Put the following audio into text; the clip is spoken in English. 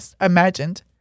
imagined